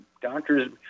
doctor's